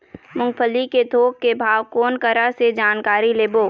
मूंगफली के थोक के भाव कोन करा से जानकारी लेबो?